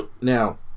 Now